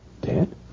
Dead